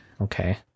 okay